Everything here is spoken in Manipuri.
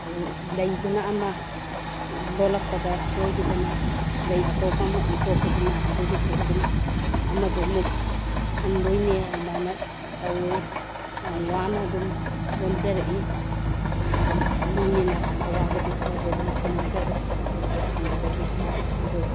ꯂꯩꯗꯨꯅ ꯑꯃ ꯂꯣꯟꯂꯛꯄꯗ ꯁꯣꯏꯈꯤꯗꯅ ꯂꯩ ꯑꯇꯣꯞꯄ ꯑꯃ ꯑꯣꯟꯊꯣꯛꯈꯤꯗꯅ ꯑꯗꯨꯒꯤꯁꯨ ꯑꯗꯨꯝ ꯑꯃꯗꯨꯃꯨꯛ ꯍꯟꯗꯣꯏꯅꯤ ꯑꯗꯨꯃꯥꯏꯅ ꯇꯧꯏ ꯌꯥꯝ ꯋꯥꯅ ꯑꯗꯨꯝ ꯂꯣꯟꯖꯔꯛꯏ ꯑꯗꯨꯝ ꯃꯤꯅꯤꯅ ꯑꯗꯨꯝ ꯑꯋꯥꯕꯗꯤ ꯈꯔꯗꯤ ꯑꯗꯨꯝ ꯊꯦꯡꯅꯖꯔꯦ ꯊꯦꯡꯅꯕꯗꯤ ꯑꯗꯣ